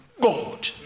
God